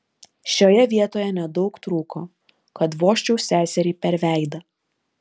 šioje vietoje nedaug trūko kad vožčiau seseriai per veidą